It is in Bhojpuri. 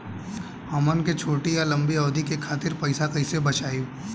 हमन के छोटी या लंबी अवधि के खातिर पैसा कैसे बचाइब?